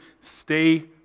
stay